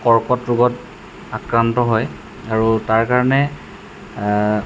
কৰ্কট ৰোগত আক্ৰান্ত হয় আৰু তাৰ কাৰণে